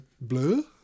blue